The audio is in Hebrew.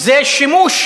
זה שימוש